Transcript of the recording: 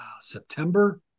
september